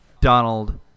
Donald